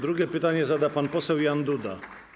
Drugie pytanie zada pan poseł Jan Duda.